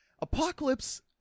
Apocalypse